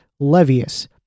levius